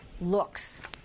looks